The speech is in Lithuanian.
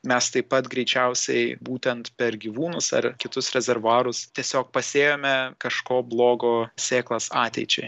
mes taip pat greičiausiai būtent per gyvūnus ar kitus rezervuarus tiesiog pasėjome kažko blogo sėklas ateičiai